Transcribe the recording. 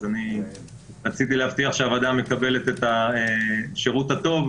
אז רציתי להבטיח שהוועדה מקבלת את השירות הטוב,